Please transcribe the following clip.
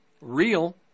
Real